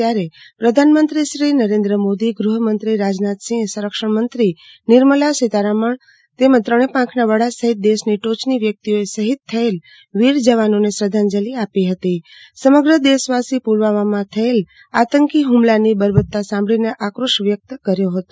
ત્યારે પ્રધાનમંત્રી શ્રી નરેન્દ્ર મોદી ગૃહમંત્રી રાજનાથસિંહ સંરક્ષણમંત્રી નિર્મલા સીતારમણ ત્રણે પાંખના વડા સફીત દેશની ટોચના વ્યક્તિ ઓએ શફીદ થયેલ વીર જવાનોને શ્રદ્ધાંજલિ આપી હતી સમગ્ર દેશવાસી પુલવામા થ્રદેલ આંતકો હ્મલાની બર્બરતા સાભળીને આક્રોશ વ્યક્ત કર્યો હતો